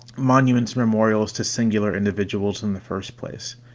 monuments, memorials to singular individuals in the first place.